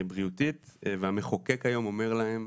בריאותית, והמחוקק היום יאמר להם,